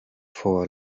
for